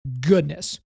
goodness